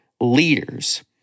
leaders